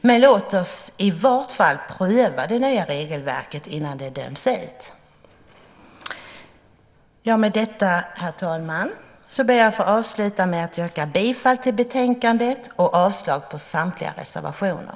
Men låt oss i vart fall pröva det nya regelverket innan det döms ut. Jag ber att få avsluta, herr talman, med att yrka bifall till förslaget i betänkandet och avslag på samtliga reservationer.